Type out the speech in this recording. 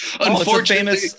unfortunately